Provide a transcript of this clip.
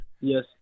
yes